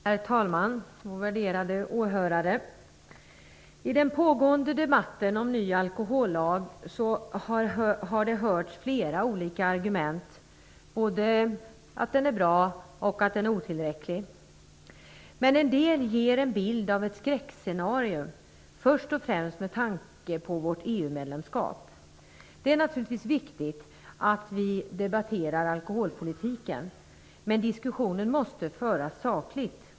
Herr talman! Värderade åhörare! I den pågående debatten om ny alkohollag har det hörts flera argument, både att den är bra och att den är otillräcklig. En del ger dock ett skräckscenario, först och främst med tanke på vårt EU-medlemskap. Det är naturligtvis viktigt att vi debatterar alkoholpolitiken, men diskussionen måste föras sakligt.